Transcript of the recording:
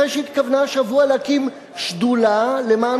אחרי שהתכוונה השבוע להקים שדולה למען